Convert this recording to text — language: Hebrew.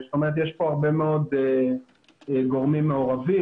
זאת אומרת, יש כאן הרבה מאוד גורמים מעורבים.